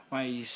Mas